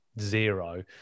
zero